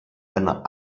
einer